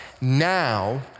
now